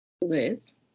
Liz